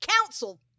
council